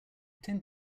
tend